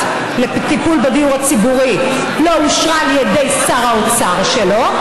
לטיפול בדיור הציבורי לא אושרה על ידי שר האוצר שלו,